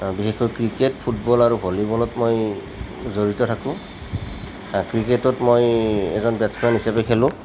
বিশেষকৈ cricket football আৰু ভলিবলত মই জড়িত থাকোঁ আৰু ক্ৰিকেটত মই এজন বেট্চমেন হিচাবে খেলোঁ